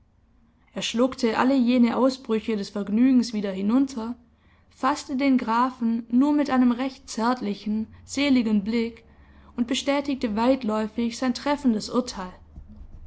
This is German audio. er schluckte alle jene ausbrüche des vergnügens wieder hinunter faßte den grafen nur mit einem recht zärtlichen seligen blick und bestätigte weitläufig sein treffendes urteil